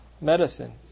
medicine